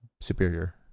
superior